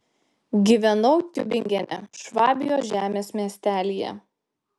gyvenau tiubingene švabijos žemės miestelyje